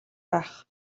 байх